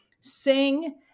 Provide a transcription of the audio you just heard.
sing